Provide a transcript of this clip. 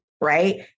right